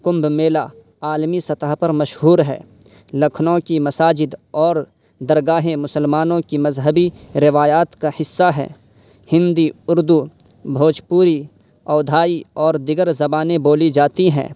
کنبھ میلہ عالمی سطح پر مشہور ہے لکھنؤ کی مساجد اور درگارہیں مسلمانوں کی مذہبی روایات کا حصہ ہیں ہندی اردو بھوجپوری اودھائی اور دیگر زبانیں بولی جاتی ہیں